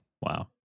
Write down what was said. Wow